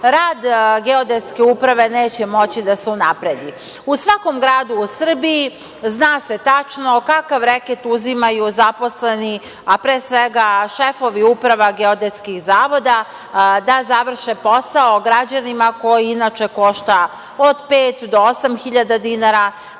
Rad Geodetske uprave neće moći da se unapredi.U svakom gradu u Srbiji, zna se tačno kakav reket uzimaju zaposleni, a pre svega šefovi uprava geodetskih zavoda da završe posao građanima, koji inače košta od pet do 8.000 dinara,